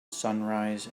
sunrise